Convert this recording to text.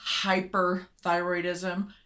hyperthyroidism